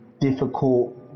difficult